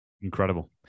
Incredible